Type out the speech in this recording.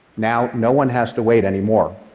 now, no one has to wait anymore.